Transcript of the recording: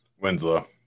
Winslow